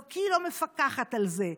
לא כי היא לא מפקחת על זה,